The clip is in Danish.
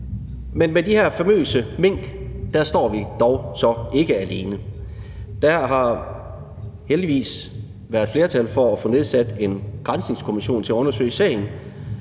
Men med de her famøse mink står vi dog så ikke alene. Der har heldigvis været flertal for at få nedsat en granskningskommission til at undersøge sagen,